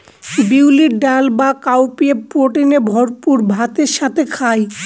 বিউলির ডাল বা কাউপিএ প্রোটিনে ভরপুর ভাতের সাথে খায়